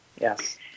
yes